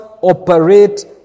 operate